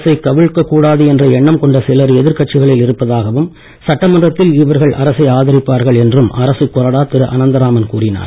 அரசைக் கவிழ்க்க கூடாது என்ற எண்ணம் உள்ள சிலர் எதிர்கட்சிகளில் இருப்பதாகவும் இவர்கள் சட்டமன்றத்தில் அரசை ஆதரிப்பார்கள் என்றும் அரசுக் கொறடா திரு அனந்தராமன் கூறினார்